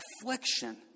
affliction